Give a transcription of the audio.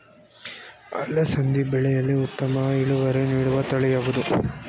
ಅಲಸಂದಿ ಬೆಳೆಯಲ್ಲಿ ಉತ್ತಮ ಇಳುವರಿ ನೀಡುವ ತಳಿ ಯಾವುದು?